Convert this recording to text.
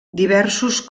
diversos